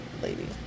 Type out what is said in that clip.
lady